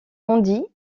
andy